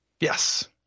Yes